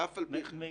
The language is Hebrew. ואף על פי כן.